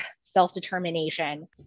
self-determination